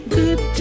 good